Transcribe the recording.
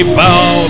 bow